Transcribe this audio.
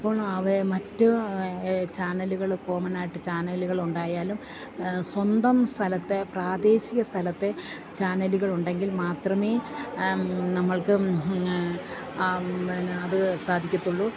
അപ്പോൾ അവ മറ്റു ചാനലുകൾ കോമണായിട്ടു ചാനലുകളുണ്ടായാലും സ്വന്തം സ്ഥലത്തെ പ്രാദേശിക സ്ഥലത്തെ ചാനലുകളുണ്ടെങ്കിൽ മാത്രമേ നമ്മൾക്ക് അത് സാധിക്കത്തുള്ളൂ